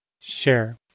share